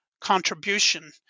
contribution